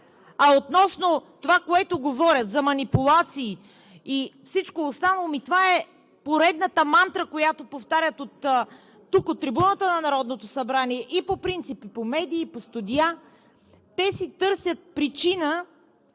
Относно това, което говоря, за манипулации и всичко останало – това е поредната мантра, която повтарят от трибуната на Народното събрание и по принцип по медии, по студиа. Те си търсят причина